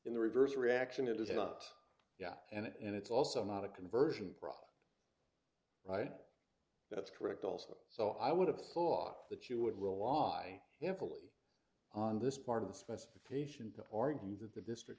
in the reverse reaction it is not yet and it's also not a conversion problem right that's correct also so i would have thought that you would rely heavily on this part of the specification to argue that the district